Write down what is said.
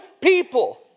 people